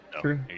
true